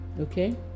okay